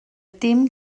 dim